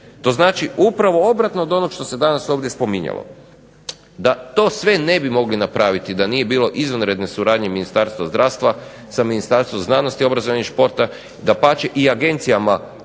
To znači upravo obratno od onog što se danas ovdje spominjalo. Da to sve ne bi mogli napraviti da nije bilo izvanredne suradnje Ministarstva zdravstva sa Ministarstvom znanosti, obrazovanja i športa, dapače i agencijama